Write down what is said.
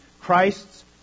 Christ's